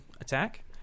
attack